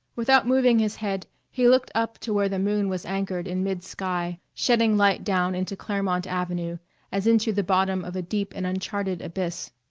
without moving his head he looked up to where the moon was anchored in mid-sky shedding light down into claremont avenue as into the bottom of a deep and uncharted abyss.